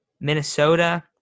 Minnesota